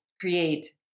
create